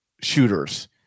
shooters